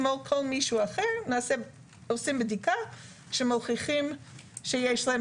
כמו כל מישהו אחר עושים בדיקה שמוכיחה שיש להם